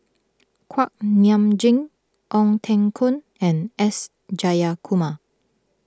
Kuak Nam Jin Ong Teng Koon and S Jayakumar